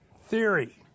theory